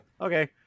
Okay